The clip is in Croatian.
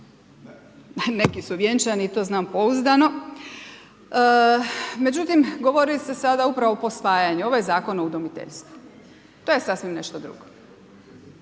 neki su vjenčani i to znam pouzdano. Međutim govori se sada upravo o posvajanju, ovo je Zakon o udomiteljstvu, to je sasvim nešto drugo.